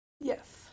Yes